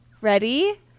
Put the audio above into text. Ready